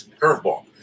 curveball